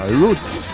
roots